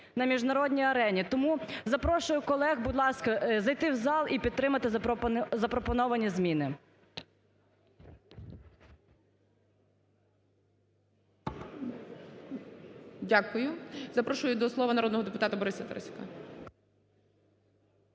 на міжнародній арені. Тому запрошую колег, будь ласка, зайти в зал і підтримати запропоновані зміни. ГОЛОВУЮЧИЙ. Дякую. Запрошую до слова народного депутата Бориса Тарасюка.